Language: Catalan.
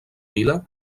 vila